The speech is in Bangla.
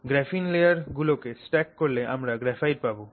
গ্রাফিন লেয়ার গুলোকে স্ট্যাক করলে আমরা গ্রাফাইট পাবো